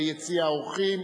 ביציע האורחים.